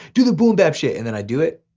do the boom bap shit, and then i do it.